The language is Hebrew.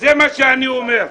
זה מה שאני אומר.